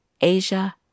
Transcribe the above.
Asia